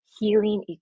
healing